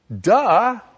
Duh